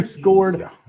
scored